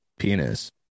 penis